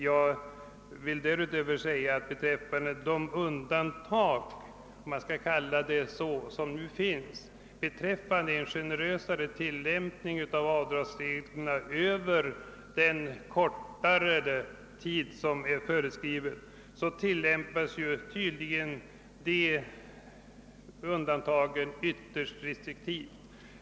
Jag vill därutöver säga beträffande de undantag — om man skall kalla det så — som nu finns med en generösare tilllämpning av avdragsreglerna och förlängning av den kortare tid som är föreskriven, att dessa undantag tydligen förekommer ytterst sällan.